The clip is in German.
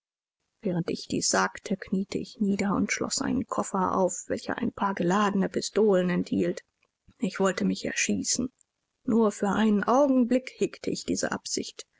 während ich dies sagte kniete ich nieder und schloß einen koffer auf welcher ein paar geladene pistolen enthielt ich wollte mich erschießen nur für einen augenblick hegte ich diese absicht